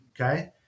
okay